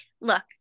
look